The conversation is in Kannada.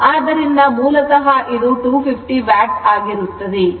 ಆದ್ದರಿಂದ ಮೂಲತಃ ಇದು 250 ವ್ಯಾಟ್ ಆಗಿರುತ್ತದೆ